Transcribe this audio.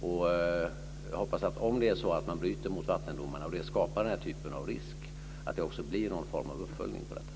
Jag hoppas att det, om man bryter mot vattendomarna och det skapar den här typen av risk, blir någon form av uppföljning av det här.